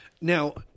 Now